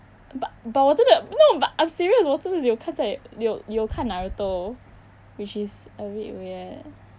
but but 我真的 no but I'm serious 我真的有看在有有看 naruto which is a bit weird